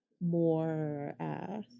more